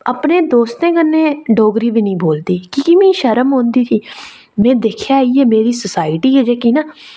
अपने दोस्तें कन्नै डोगरी बी नेईं बोलदी ही की के मी शर्म औंदी में दिक्खेआ इ'यै की के मिगी शर्म औंदी ही साढ़ी सोसाइटी ऐ ना